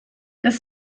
das